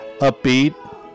upbeat